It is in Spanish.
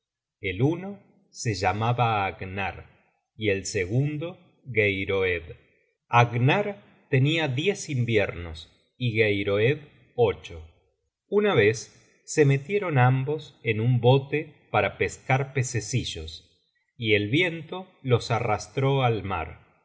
el uno se llamaba agnar y el segundo geiroed agnar tenia diez inviernos y geiroed ocho una vez se metieron ambos en un bote para pescar pececillos y el viento los arrastró al mar